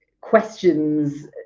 questions